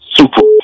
Super